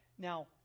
Now